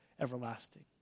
everlasting